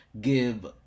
give